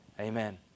Amen